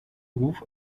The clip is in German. ruf